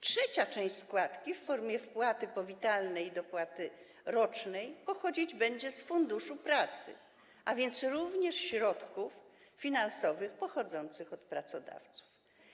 Trzecia część składki w formie wpłaty powitalnej i dopłaty rocznej pochodzić będzie z Funduszu Pracy, a więc również ze środków finansowych pochodzących od pracodawców.